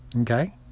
Okay